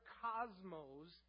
cosmos